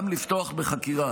גם לפתוח בחקירה.